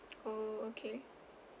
oh okay